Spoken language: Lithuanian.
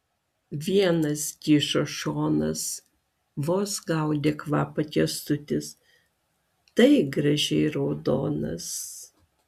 vienas kyšio šonas vos gaudė kvapą kęstutis tai gražiai raudonas